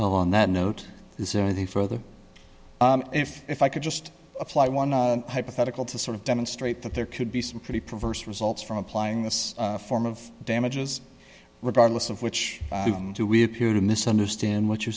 on that note is there the further if if i could just apply one hypothetical to sort of demonstrate that there could be some pretty perverse results from applying this form of damages regardless of which we appear to misunderstand what you